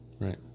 right